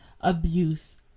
abuse